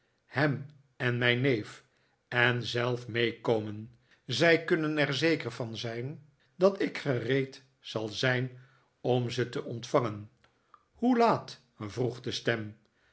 hem en mijn neef en zelf meekomen zij kunnen er zeker van zijn dat ik gereed zal zijn om ze te ontvangen hoe laat vroeg de stem